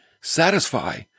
satisfy